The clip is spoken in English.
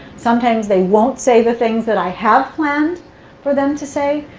sometimes they won't say the things that i had planned for them to say.